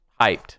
hyped